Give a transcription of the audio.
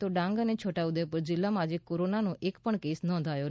તો ડાંગ અને છોટા ઉદેપુર જિલ્લામાં આજે કોરોનાનો એક પણ કેસ નોંધાયો નથી